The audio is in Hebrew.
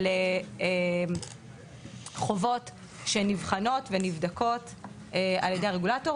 אלה חובות שנבחנות ונבדקות על ידי הרגולטור,